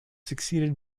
succeeded